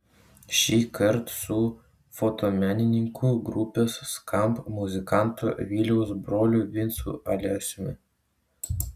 šįkart su fotomenininku grupės skamp muzikanto viliaus broliu vincu alesiumi